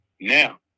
Now